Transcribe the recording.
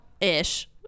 ish